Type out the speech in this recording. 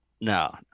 no